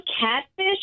catfish